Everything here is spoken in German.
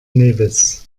nevis